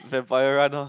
vampire run lor